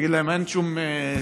הוא יגיד להם: אין שום סיכוי,